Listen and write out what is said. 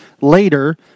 later